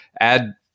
add